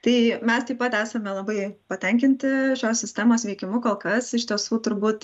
tai mes taip pat esame labai patenkinti šios sistemos veikimu kol kas iš tiesų turbūt